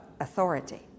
authority